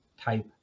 type